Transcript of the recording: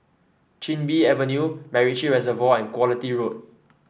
Chin Bee Avenue MacRitchie Reservoir and Quality Road